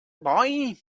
boy